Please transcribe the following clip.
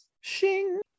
Shing